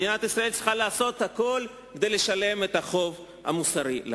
מדינת ישראל צריכה לעשות הכול כדי לשלם את החוב המוסרי לכם.